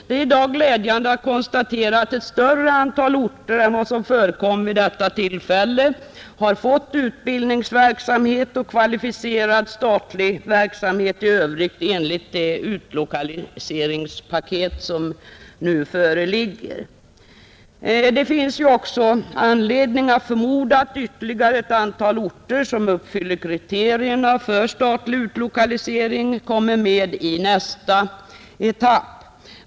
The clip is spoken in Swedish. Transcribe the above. Det är i dag glädjande att konstatera att ett större antal orter än vad som föreslogs vid det tillfället skall få utbildningsverksamhet och kvalificerad statlig verksamhet i övrigt enligt det utlokaliseringspaket som nu föreligger. Det finns också anledning förmoda att ytterligare ett antal orter, som uppfyller kriterierna för statlig utlokalisering, kommer med i nästa etapp.